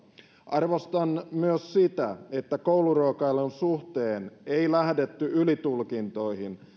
arvostan myös sitä että kouluruokailun suhteen ei lähdetty ylitulkintoihin